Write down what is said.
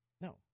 No